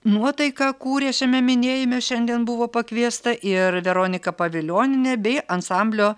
nuotaiką kūrė šiame minėjime šiandien buvo pakviesta ir veronika pavilionienė bei ansamblio